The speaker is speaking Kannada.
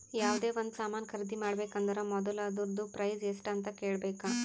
ಯಾವ್ದೇ ಒಂದ್ ಸಾಮಾನ್ ಖರ್ದಿ ಮಾಡ್ಬೇಕ ಅಂದುರ್ ಮೊದುಲ ಅದೂರ್ದು ಪ್ರೈಸ್ ಎಸ್ಟ್ ಅಂತ್ ಕೇಳಬೇಕ